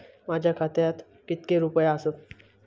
माझ्या खात्यात कितके रुपये आसत?